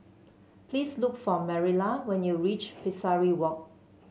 please look for Marilla when you reach Pesari Walk